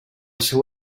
seu